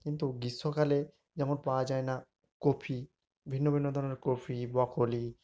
কিন্তু গ্রীষ্মকালে যেমন পাওয়া যায় না কোপি ভিন্ন ভিন্ন ধরনের কোপি ব্রকোলি